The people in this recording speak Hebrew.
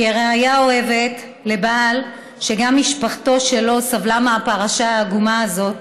כרעיה אוהבת לבעל שגם משפחתו שלו סבלה מהפרשה העגומה הזאת,